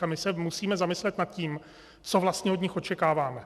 A my se musíme zamyslet nad tím, co vlastně od nich očekáváme.